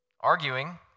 arguing